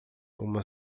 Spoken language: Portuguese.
uma